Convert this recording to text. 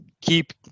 keep